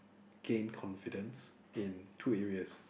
gain confidence in two areas